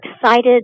excited